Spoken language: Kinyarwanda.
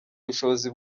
bushobozi